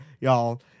y'all